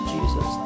Jesus